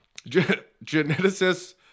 Geneticists